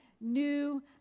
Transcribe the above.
new